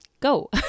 Go